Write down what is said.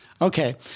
Okay